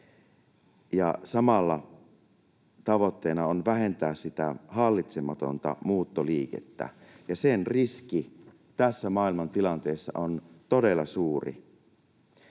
samalla tavoitteena on vähentää hallitsematonta muuttoliikettä. Sen riski tässä maailmantilanteessa on todella suuri.